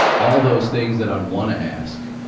all those things that i'd wanna ask.